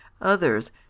Others